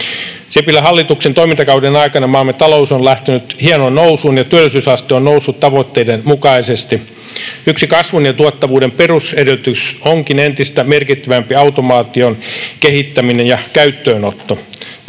Sipilän hallituksen toimintakauden aikana maamme talous on lähtenyt hienoon nousuun ja työllisyysaste on noussut tavoitteiden mukaisesti. Yksi kasvun ja tuottavuuden perusedellytys onkin entistä merkittävämpi automaation kehittäminen ja käyttöönotto.